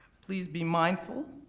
please be mindful